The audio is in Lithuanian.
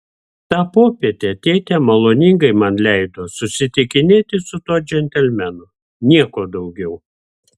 tą popietę tėtė maloningai man leido susitikinėti su tuo džentelmenu nieko daugiau